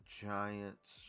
Giants